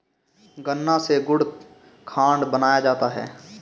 गन्ना से गुड़ खांड बनाया जाता है